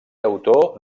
autor